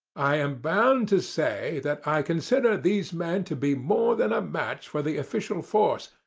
i am bound to say that i consider these men to be more than a match for the official force,